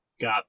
Got